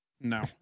No